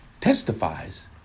testifies